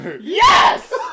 Yes